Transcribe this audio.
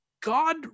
God